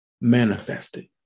manifested